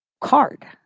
card